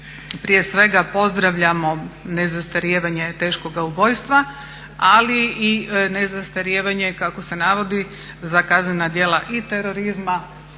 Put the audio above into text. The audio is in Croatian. Prije svega pozdravljamo nezastarijevanje teškoga ubojstva, ali i nezastarijevanje kako se navodi za kaznena djela i terorizma